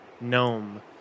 gnome